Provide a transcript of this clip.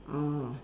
orh